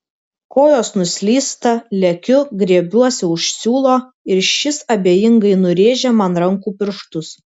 kojos nuslysta lekiu griebiuosi už siūlo ir šis abejingai nurėžia man rankų pirštus